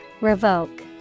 Revoke